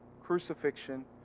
crucifixion